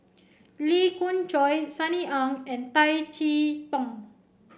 Lee Khoon Choy Sunny Ang and Bay Chee Toh